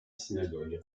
synagogue